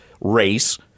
race